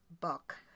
book